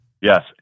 Yes